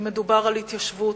אם מדובר על התיישבות,